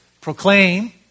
Proclaim